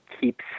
keeps